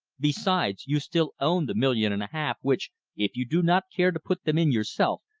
besides you still own the million and a half which, if you do not care to put them in yourself,